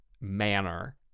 manner